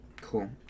Cool